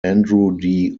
andrew